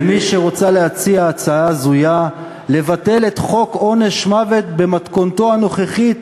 ממי שרוצה להציע הצעה הזויה לבטל את חוק עונש מוות במתכונתו הנוכחית,